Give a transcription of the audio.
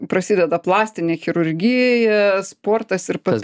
prasideda plastinė chirurgija sportas ir pap